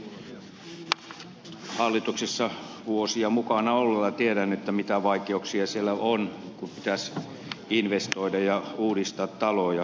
itsekin taloyhtiön hallituksessa vuosia mukana olleena tiedän mitä vaikeuksia siellä on kun pitäisi investoida ja uudistaa taloja